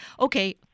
Okay